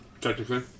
Technically